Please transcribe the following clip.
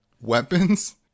weapons